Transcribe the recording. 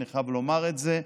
אני חייב לומר את זה.